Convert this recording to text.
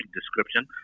description